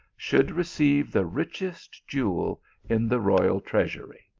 should receive the richest jewel in the royal treasury.